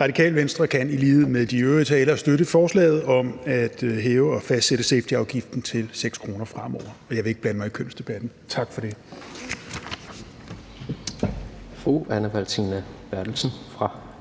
Radikale Venstre kan i lighed med de øvrige partier støtte forslaget om at hæve og fastsætte safety-afgiften til 6 kr. fremover. Og jeg vil ikke blande mig i kønsdebatten. Tak for